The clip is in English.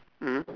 mm